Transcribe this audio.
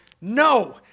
No